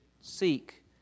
seek